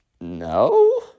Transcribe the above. no